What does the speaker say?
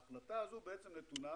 ההחלטה הזאת נתונה